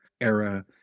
era